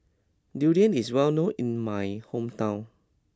Durian is well known in my hometown